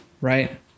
right